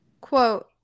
Quote